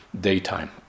daytime